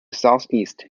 southeast